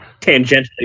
tangentially